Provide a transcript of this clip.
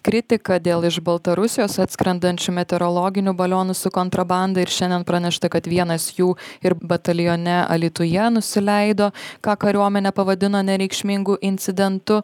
kritika dėl iš baltarusijos atskrendančių meteorologinių balionų su kontrabanda ir šiandien pranešta kad vienas jų ir batalione alytuje nusileido ką kariuomenė pavadino nereikšmingu incidentu